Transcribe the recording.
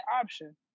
option